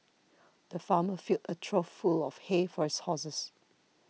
the farmer filled a trough full of hay for his horses